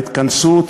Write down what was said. ההתכנסות,